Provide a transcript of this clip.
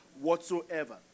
whatsoever